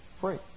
free